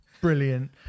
Brilliant